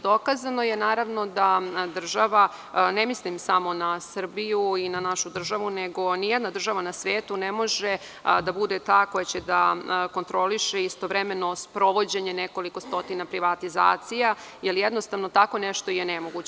Dokazano je, naravno, da država, ne mislim samo na Srbiju i na našu državu, nego nijedna država na svetu ne može da bude ta koja će da kontroliše istovremeno sprovođenje nekoliko stotina privatizacija, jer jednostavno, tako nešto je nemoguće.